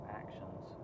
actions